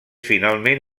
finalment